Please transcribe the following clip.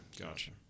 gotcha